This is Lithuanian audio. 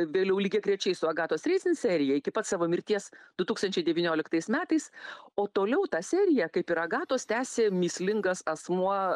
vėliau lygiagrečiai su agatos serija iki pat savo mirties du tūkstančiai devynioliktais metais o toliau ta serija kaip ir agatos tęsė mįslingas asmuo